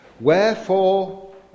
Wherefore